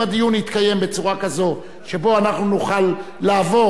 אם הדיון יתקיים בצורה כזאת שבה אנחנו נוכל לעבור